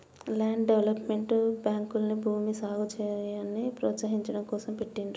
land development బ్యేంకుల్ని భూమి, ఎగుసాయాన్ని ప్రోత్సహించడం కోసం పెట్టిండ్రు